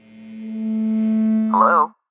Hello